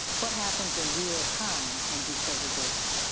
what happens in real time in desegregation?